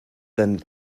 then